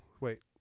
wait